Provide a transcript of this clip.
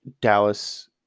Dallas